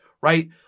right